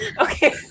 okay